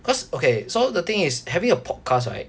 cause okay so the thing is having a podcast right